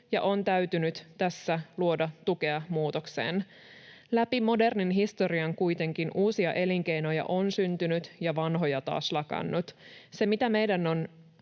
ja on täytynyt tässä luoda tukea muutokseen. Läpi modernin historian kuitenkin uusia elinkeinoja on syntynyt ja vanhoja taas lakannut. Se, mitä meidän on